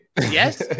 Yes